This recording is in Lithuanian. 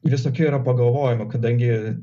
visokių yra pagalvojimų kadangi